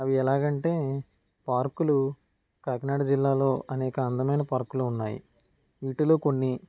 అవి ఎలాగంటే పార్కులు కాకినాడ జిల్లాలో అనేక అందమైన పార్కులు ఉన్నాయి వీటిలో కొన్ని